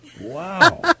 Wow